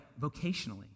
vocationally